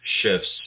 shifts